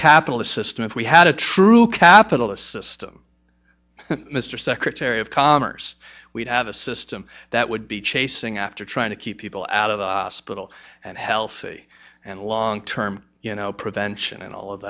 capitalist system if we had a true capitalist system mr secretary of commerce we'd have a system that would be chasing after trying to keep people out of the hospital and healthy and long term you know prevention and all of